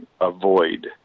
avoid